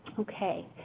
ok,